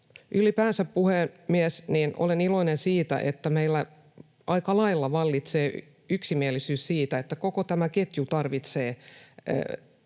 Ylipäänsä, puhemies, olen iloinen siitä, että meillä aika lailla vallitsee yksimielisyys siitä, että koko tämä ketju tarvitsee